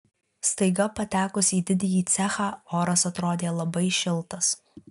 staiga patekus į didįjį cechą oras atrodė labai šiltas